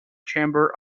chamber